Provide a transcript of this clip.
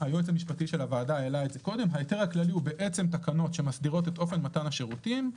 4א1(ה); ההיתר הכללי הוא תקנות שמסדירות את אופן מתן השירותים.